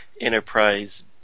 Enterprise